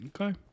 Okay